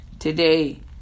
today